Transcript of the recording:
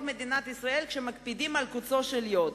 מדינת ישראל כשמקפידים על קוצו של יו"ד.